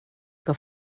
que